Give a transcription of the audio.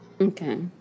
Okay